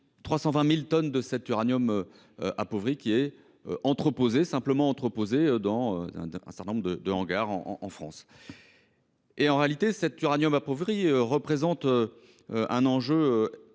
320 000 tonnes de cet uranium appauvri, qui est simplement entreposé dans un certain nombre de hangars. À vrai dire, cet uranium appauvri représente un enjeu